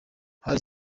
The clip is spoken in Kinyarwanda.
hari